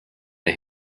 der